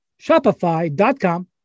Shopify.com